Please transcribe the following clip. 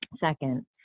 second